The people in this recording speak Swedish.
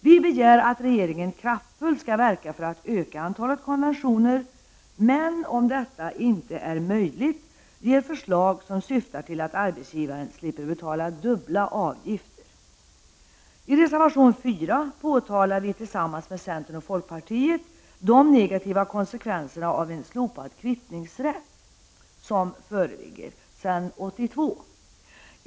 Vi begär att regeringen kraftfullt skall verka för att öka antalet konventioner men om detta inte är möjligt ge förslag som syftar till att arbetsgivaren slipper betala dubbla avgifter. I reservation 4 påtalar vi tillsammans med centern och folkpartiet de negativa konsekvenserna av en slopad kvittningsrätt som föreligger sedan 1982.